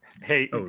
Hey